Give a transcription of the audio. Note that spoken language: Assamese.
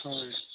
হয়